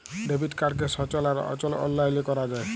debit কাড়কে সচল আর অচল অললাইলে ক্যরা যায়